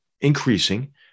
increasing